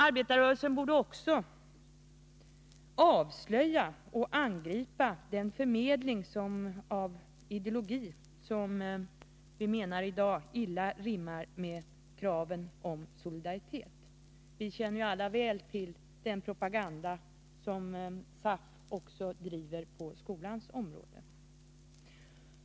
Arbetarrörelsen borde också avslöja och angripa skolans förmedling av en ideologi som illa rimmar med dagens krav på solidaritet. Vi känner ju alla väl till den propaganda som SAF driver också på skolans område.